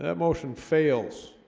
ah motion fails